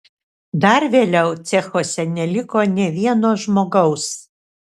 dar vėliau cechuose neliko nė vieno žmogaus